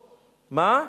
"למכור".